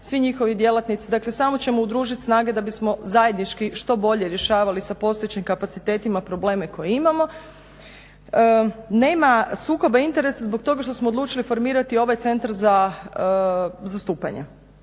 svi njihovi djelatnici dakle samo ćemo udružiti snage da bismo zajednički što bolje rješavali sa postojećim kapacitetima probleme koje imamo. Nema sukoba interesa zbog toga što smo odlučili formirati ovaj centar za zastupanje,